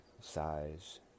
size